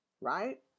right